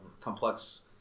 complex